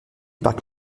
parc